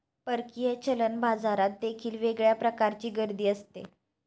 परकीय चलन बाजारात देखील वेगळ्या प्रकारची गर्दी असते